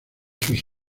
sus